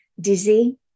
dizzy